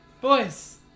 Boys